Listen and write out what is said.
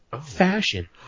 fashion